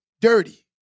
dirty